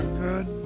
good